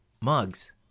Mugs